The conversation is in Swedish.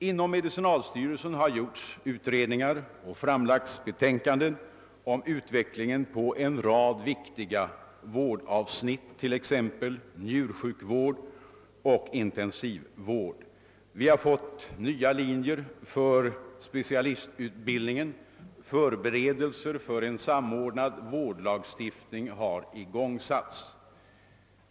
Inom medicinalstyrelsen har utredningar gjorts och betänkanden framlagts om utvecklingen på en rad viktiga vårdområden, t.ex. när det gäller njursjukvård och intensivvård. Vi har fått nya linjer för specialistutbildningen och förberedelser för en samordnad vårdlagstiftning har igångsatts.